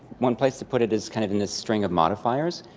one place to put it is kind of in this string of modifiers.